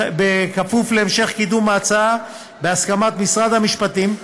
בכפוף להמשך קידום ההצעה בהסכמת משרד המשפטים,